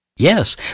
Yes